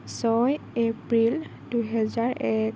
ছয় এপ্ৰিল দুহেজাৰ এক